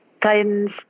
guidance